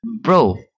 bro